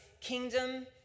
kingdom